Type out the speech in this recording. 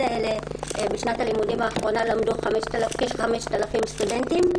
האלה בשנת הלימודים האחרונה למדו כ-5,000 סטודנטים.